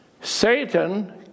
Satan